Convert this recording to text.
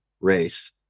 race